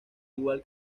igual